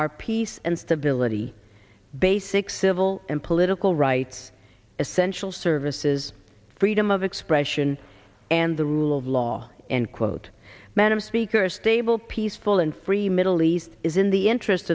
our peace and stability basic civil and political rights essential services freedom of expression and the rule of law end quote madam speaker a stable peaceful and free middle east is in the interest